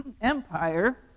empire